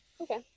Okay